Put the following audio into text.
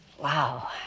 Wow